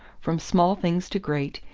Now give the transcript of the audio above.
from small things to great,